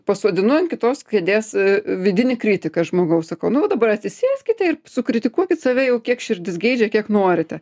pasodinu ant kitos kėdės vidinį kritiką žmogaus sakau nu va dabar atsisėskite ir sukritikuokit save jau kiek širdis geidžia kiek norite